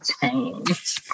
change